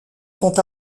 font